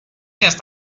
just